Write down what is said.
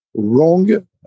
wrong